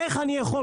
איך אני יכול,